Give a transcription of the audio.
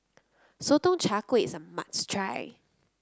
Sotong Char Kway is a must try